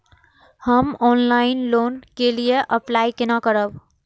हम online loan के लिए अप्लाई केना करब?